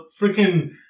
freaking